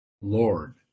Lord